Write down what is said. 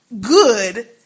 good